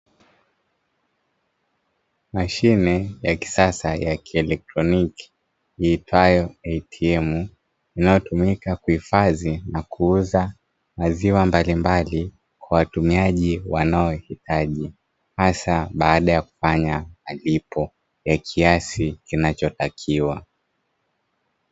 Mashine ya kisasa ya kieletroniki iitwayo "ATM" inayotumika kuhifadhi na kuuza maziwa mbalimbali, kwa watumiaji wanao hitaji hasa baada ya kufanya malipo ya kiasi kinachotakiwa.